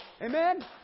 Amen